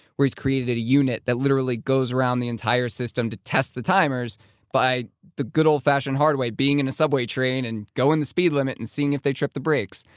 where he's created a unit that literally literally goes around the entire system to test the timers by. the good old fashioned hard way. being in a subway train, and going the speed limit, and seeing if they trip the brakes.